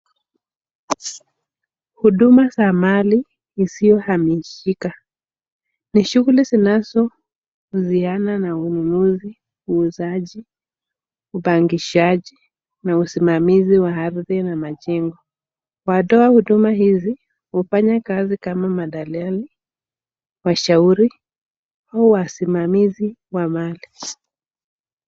Huduma za mali isiyohamishika. Ni shughuli zinazohusiana na ununuzi, uuzaji, upangishaji na usimamizi ya ardhi na majengo. Watoa huduma hizi hufanya kazi kama madaleli, mashauri au wasimamizi wa mali.